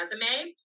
resume